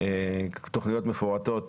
תכניות מפורטות